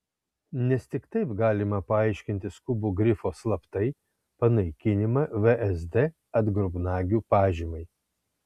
nes tik taip galima paaiškinti skubų grifo slaptai panaikinimą vsd atgrubnagių pažymai